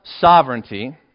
sovereignty